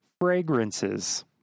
fragrances